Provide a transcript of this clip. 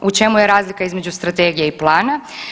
U čemu je razlika između strategije i plana?